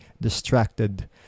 distracted